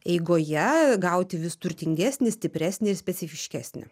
eigoje gauti vis turtingesnį stipresnį ir specifiškesnį